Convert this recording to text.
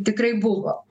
tikrai buvo